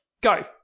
Go